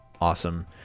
awesome